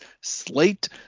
slate